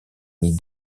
n’y